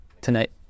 tonight